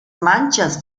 manchas